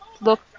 look